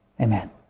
Amen